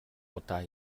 удаа